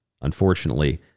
unfortunately